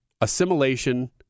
assimilation